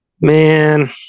man